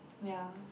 ya